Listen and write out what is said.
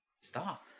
Stop